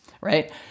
right